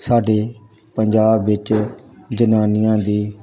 ਸਾਡੇ ਪੰਜਾਬ ਵਿੱਚ ਜਨਾਨੀਆਂ ਦੀ